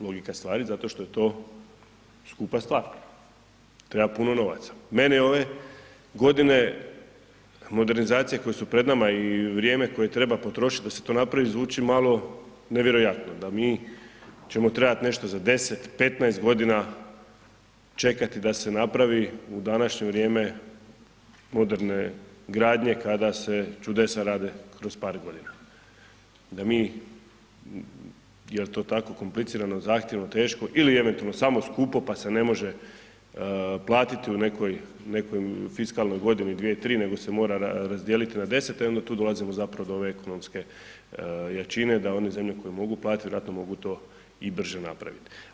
Logika stvari, zato što je to skupa stvar, treba puno novaca, meni ove godine modernizacije koje su pred nama i vrijeme koje treba potrošit da se to napravit zvuči malo nevjerojatno da mi ćemo trebat nešto za 10, 15.g. čekati da se napravi u današnje vrijeme moderne gradnje kada se čudesa rade kroz par godina da mi, jel to tako komplicirano, zahtjevno, teško ili eventualno samo skupo, pa se ne može platiti u nekoj, u nekoj fiskalnoj godini, dvije, tri, nego se mora razdijeliti na 10, e onda tu dolazimo zapravo do ove ekonomske jačine da one zemlje koje mogu platit vjerojatno mogu to i brže napravit.